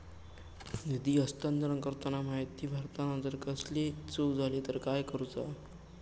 निधी हस्तांतरण करताना माहिती भरताना जर कसलीय चूक जाली तर काय करूचा?